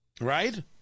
Right